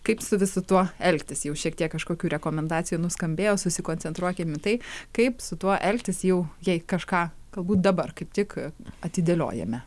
kaip su visu tuo elgtis jau šiek tiek kažkokių rekomendacijų nuskambėjo susikoncentruokim į tai kaip su tuo elgtis jau jei kažką galbūt dabar kaip tik atidėliojame